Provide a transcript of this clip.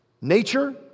Nature